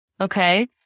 okay